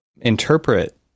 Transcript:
interpret